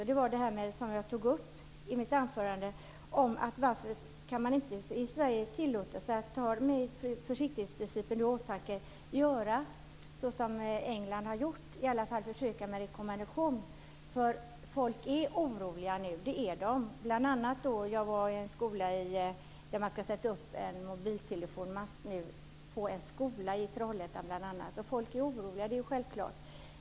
Det var det jag tog upp i mitt anförande, varför man i Sverige inte kan tillåta sig att med försiktighetsprincipen i åtanke göra så som England har gjort och i alla fall försöka med en rekommendation. Människor är oroliga nu. Jag var bl.a. i Trollhättan där man ska sätta upp en mobiltelefonmast på en skola. Folk är oroliga. Det är självklart.